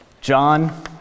John